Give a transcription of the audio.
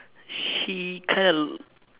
she kind of